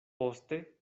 poste